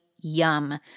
Yum